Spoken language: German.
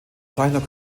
zeichner